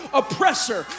oppressor